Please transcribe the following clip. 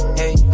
hey